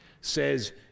says